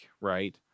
right